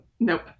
Nope